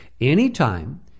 Anytime